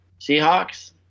Seahawks